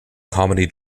comedy